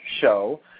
Show